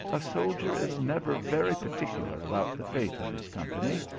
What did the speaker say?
a soldier is never very particular about the faith of his company,